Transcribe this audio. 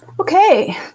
Okay